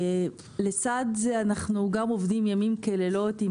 לצד זה אנחנו עובדים לילות כימים עם